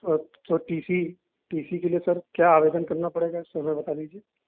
स्वत तो T C T C के लिए सर क्या आवेदन करना पड़ेगा सो हमें बता दीजिए